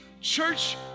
church